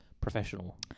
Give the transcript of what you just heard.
professional